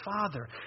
Father